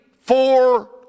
four